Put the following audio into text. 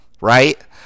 right